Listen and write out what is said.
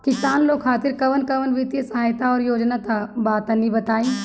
किसान लोग खातिर कवन कवन वित्तीय सहायता और योजना बा तनि बताई?